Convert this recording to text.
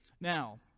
Now